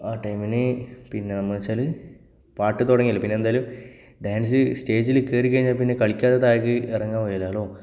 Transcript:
ആ ടൈമിന് പിന്നെ എന്നു വച്ചാൽ പാട്ട് തുടങ്ങിയല്ലോ പിന്നെ എന്തായാലും ഡാൻസ് സ്റ്റേജിൽ കയറിക്കഴിഞ്ഞാൽ കളിക്കാത്തതായി ഇറങ്ങാൻ കഴിയില്ലല്ലോ